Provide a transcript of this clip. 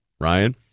Ryan